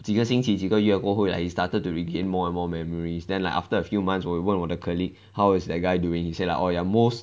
几个星期几个月过后 like he started to regain more and more memories then like after a few months 我问我的 colleague how is that guy doing he said orh ya most